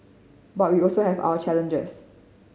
but we also have our challenges